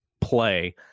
play